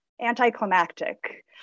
anticlimactic